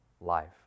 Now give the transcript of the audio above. life